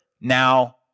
now